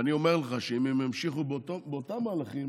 ואני אומר לך שאם הם ימשיכו באותם מהלכים